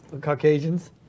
Caucasians